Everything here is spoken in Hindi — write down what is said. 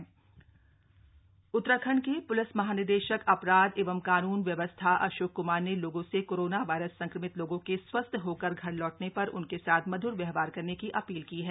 डीजी अपील उत्तराखंड के प्लिस महानिदेशक अपराध एवं कानून व्यवस्था अशोक कुमार ने लोगों से कोरोना वायरस संक्रमित लोगों के स्वस्थ होकर घर लौटने पर उनके साथ मधुर व्यवहार करने की अपील की है